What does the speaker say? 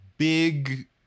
Big